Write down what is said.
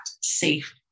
safe